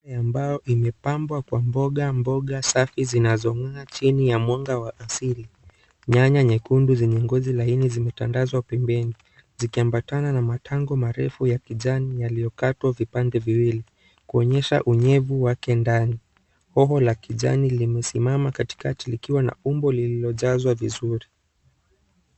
Ya mbao imepambwa kwa mboga mboga safi zinazongaa chini ya mwanga wa asili. nyanya nyekundu zenye ngozi laini zimetandazwa pembeni. Zikiambatana na matango marefu ya kijani yaliyokatwa vipande viwili kuonyesha unyevu wake ndani. Hoho la kijani limesimama katikati likiwa umri lililojaza vizuri.